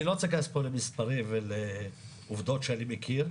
אני לא רוצה להיכנס פה למספרים ולעובדות שאני מכיר,